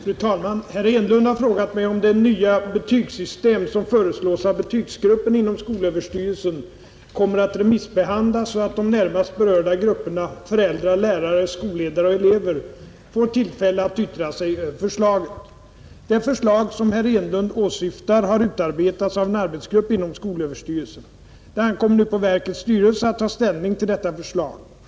Fru talman! Herr Enlund har frågat mig om det nya betygssystem, som föreslås av betygsgruppen inom skolöverstyrelsen, kommer att remissbehandlas så att de närmast berörda grupperna — föräldrar, lärare, skolledare och elever — får tillfälle att yttra sig över förslaget. Det förslag som herr Enlund åsyftar har utarbetats av en arbetsgrupp inom skolöverstyrelsen. Det ankommer nu på verkets styrelse att ta ställning till detta förslag.